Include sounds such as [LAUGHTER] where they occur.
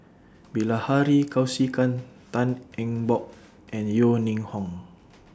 [NOISE] Bilahari Kausikan Tan Eng Bock and Yeo Ning Hong